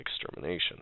extermination